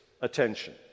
attention